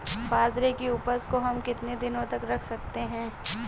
बाजरे की उपज को हम कितने दिनों तक रख सकते हैं?